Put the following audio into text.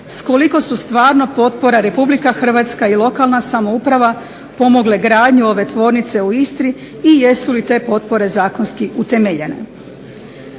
koliko su stvarno potpora Republika Hrvatska i lokalna samouprava pomogle gradnju ove tvornice u Istri i jesu li te potpore zakonski utemeljene.